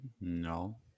No